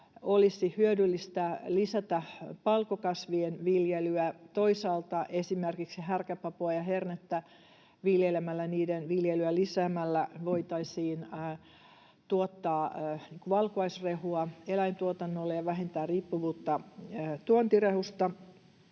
olisi hyödyllistä lisätä palkokasvien viljelyä. Toisaalta esimerkiksi härkäpavun ja herneen viljelyä lisäämällä voitaisiin tuottaa valkuaisrehua eläintuotannolle ja vähentää riippuvuutta tuontirehusta,